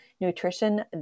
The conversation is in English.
Nutrition